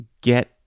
get